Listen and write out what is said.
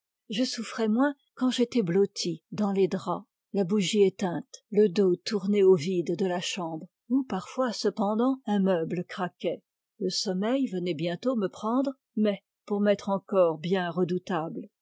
je souffrais moins quand j'étais blotti dans les draps la bougie éteinte le dos tourné au vide de la chambre où parfois cependant un meuble craquait le sommeil venait bientôt me prendre mais pour m'être encore bien redoutable